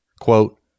quote